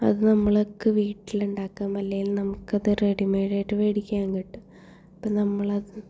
അത് നമ്മൾക്ക് വീട്ടിലുണ്ടാക്കാം അല്ലെങ്കിൽ നമുക്കത് റെഡിമേയ്ഡായിട്ട് മേടിക്കാങ്കിട്ടും അപ്പം നമ്മളത്